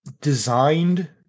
designed